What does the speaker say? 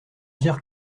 dire